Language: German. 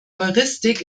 heuristik